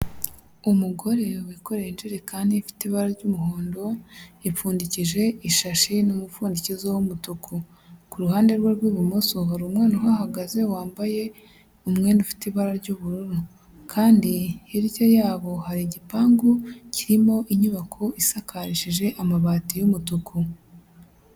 Umugore wikoreye ijerekani ifite ibara ry'umuhondo yapfundikije ishashi n'umupfundikizo w'umutuku, ku ruhande rwe rw'ibumoso hari umwana uhagaze wambaye umwenda ufite ibara ry'ubururu kandi hirya yabo hari igipangu kirimo inyubako isakarishije amabati y'umutuku.